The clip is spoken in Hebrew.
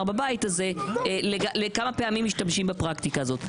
בבית הזה כמה פעמים משתמשים בפרקטיקה הזאת.